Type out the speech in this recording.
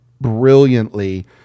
brilliantly